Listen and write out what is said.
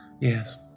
Yes